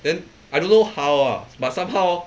then I don't know how lah but somehow